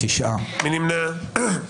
8 נמנעים, 1 לא אושרה.